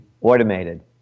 automated